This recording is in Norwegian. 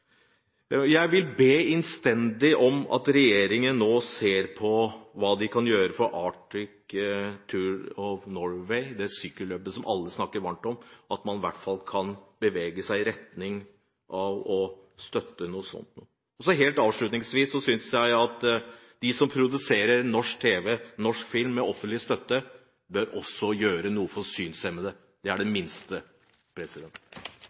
jeg er beklagelig. Jeg vil be innstendig om at regjeringen nå ser på hva den kan gjøre for Arctic Race of Norway – sykkelløpet som alle snakker varmt om – at man i hvert fall kan bevege seg i retning av å støtte det. Helt avslutningsvis synes jeg at de som produserer norsk tv og norsk film med offentlig støtte, også bør gjøre noe for synshemmede. Det er det